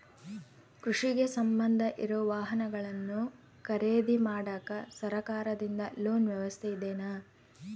ಕೃಷಿಗೆ ಸಂಬಂಧ ಇರೊ ವಾಹನಗಳನ್ನು ಖರೇದಿ ಮಾಡಾಕ ಸರಕಾರದಿಂದ ಲೋನ್ ವ್ಯವಸ್ಥೆ ಇದೆನಾ?